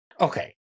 okay